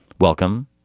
Welcome